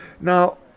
now